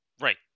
Right